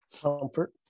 Comfort